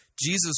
Jesus